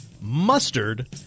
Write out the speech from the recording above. mustard